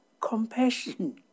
compassion